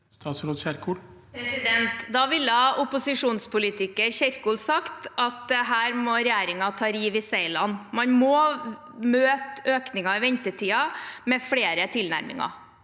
Da ville oppo- sisjonspolitiker Kjerkol sagt at her må regjeringen ta rev i seilene. Man må møte økningen i ventetider med flere tilnærminger.